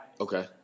Okay